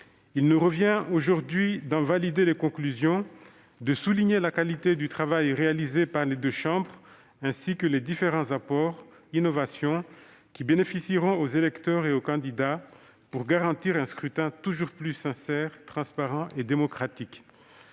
Il nous revient aujourd'hui d'en valider les conclusions et de souligner la qualité du travail réalisé par les deux chambres, ainsi que les différents apports et innovations qui bénéficieront aux électeurs et aux candidats pour garantir un scrutin toujours plus sincère, transparent et démocratique.